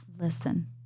Listen